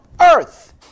earth